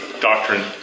doctrine